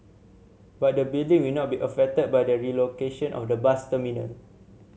but the building will not be affected by the relocation of the bus terminal